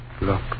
look